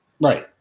Right